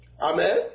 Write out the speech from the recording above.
Amen